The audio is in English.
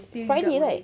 friday right